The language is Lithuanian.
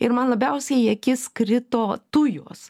ir man labiausiai į akis krito tujos